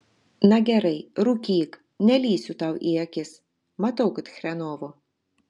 na gerai rūkyk nelįsiu tau į akis matau kad chrenovo